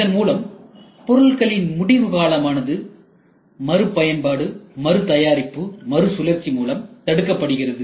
இதன்மூலம் பொருள்களின் முடிவு காலமானது மறுபயன்பாடு மறு தயாரிப்பு மறுசுழற்சி மூலம் தடுக்கப்படுகிறது